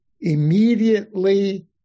immediately